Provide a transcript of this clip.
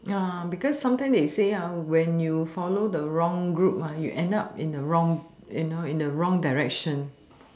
ya because sometimes they say ah when you follow the wrong group ah you end up in the wrong you know in the wrong direction